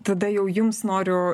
tada jau jums noriu